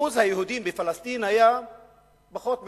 אחוז היהודים בפלסטין היה פחות מ-10%.